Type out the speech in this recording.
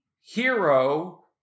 hero